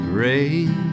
rain